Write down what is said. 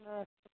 अच्छा